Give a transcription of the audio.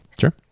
Sure